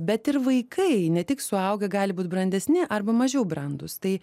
bet ir vaikai ne tik suaugę gali būt brandesni arba mažiau brandūs tai